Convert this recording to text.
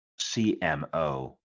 CMO